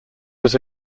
was